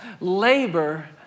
labor